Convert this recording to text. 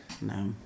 no